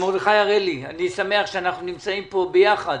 מרדכי הראלי, אני שמח שאנחנו נמצאים פה יחד.